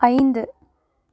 ஐந்து